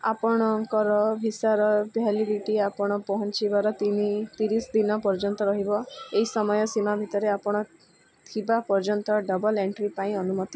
ଆପଣଙ୍କର ଭିସାର ଭ୍ୟାଲିଡ଼ିଟି ଆପଣ ପହଞ୍ଚିବାର ତିନି ତିରିଶ ଦିନ ପର୍ଯ୍ୟନ୍ତ ରହିବ ଏଇ ସମୟ ସୀମା ଭିତରେ ଆପଣ ଥିବା ପର୍ଯ୍ୟନ୍ତ ଡବଲ୍ ଏଣ୍ଟ୍ରି ପାଇଁ ଅନୁମତି